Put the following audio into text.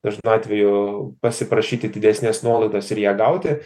dažnu atveju pasiprašyti didesnės nuolaidos ir ją gauti